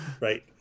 right